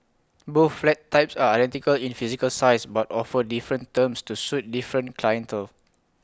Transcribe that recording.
both flat types are identical in physical size but offer different terms to suit different clientele